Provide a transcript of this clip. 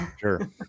Sure